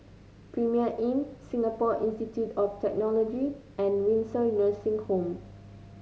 Premier Inn Singapore Institute of Technology and Windsor Nursing Home